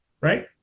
right